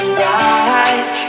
rise